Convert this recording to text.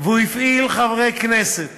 והוא הפעיל חברי כנסת